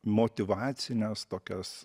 motyvacines tokias